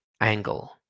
angle